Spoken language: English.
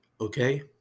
Okay